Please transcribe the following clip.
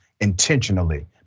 intentionally